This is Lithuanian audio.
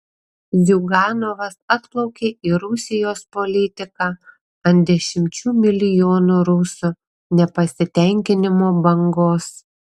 ziuganovas atplaukė į rusijos politiką ant dešimčių milijonų rusų nepasitenkinimo bangos